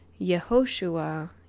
Yehoshua